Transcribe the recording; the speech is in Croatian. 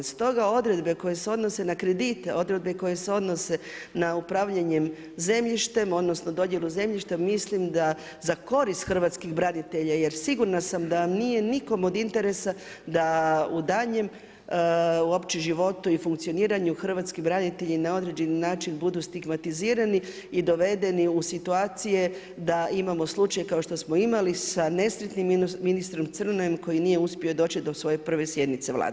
Stoga odredbe koje se odnose na kredite, odredbe koje se odnose na upravljanjem zemljištem, odnosno, dodjelu zemljišta, mislim da korist hrvatskim branitelja, jer sigurna sam dan nije nikom od interesa da u danjem, opće životu i funkcioniranju hrvatski branitelji na određeni način budu stigmatizirani i dovedeni u situacije da imamo slučaj kao što smo imali sa nesretnim ministrom Crnojem, koji nije uspio doći do svoje prve sjednice Vlade.